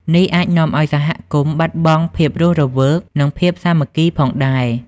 នេះអាចនាំឲ្យសហគមន៍បាត់បង់ភាពរស់រវើក និងភាពសាមគ្គីគ្នាផងដែរ។